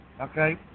okay